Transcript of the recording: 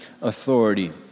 authority